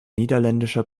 niederländischer